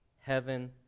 heaven